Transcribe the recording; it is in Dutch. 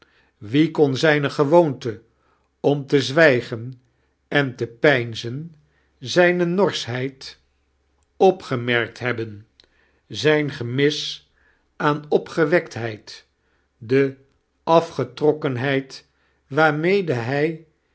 wie kon zijne gewoonte am te zwijgen en te peinzen zijne norschheid opgemerkt hebben zijn gerrus aan opgeweoctheid de afgetirokkenheid waarmede hij